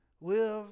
Live